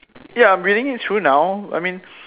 ya I'm reading it through now I mean